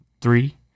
three